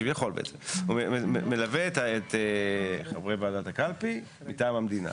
את חברי ועדת הקלפי, מטעם המדינה.